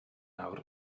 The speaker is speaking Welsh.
nawr